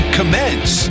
commence